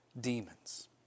demons